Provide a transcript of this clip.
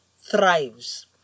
thrives